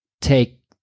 take